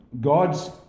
God's